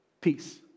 Peace